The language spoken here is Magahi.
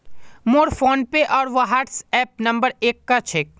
मोर फोनपे आर व्हाट्सएप नंबर एक क छेक